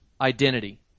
identity